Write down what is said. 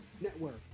Network